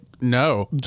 no